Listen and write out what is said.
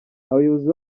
abayobozi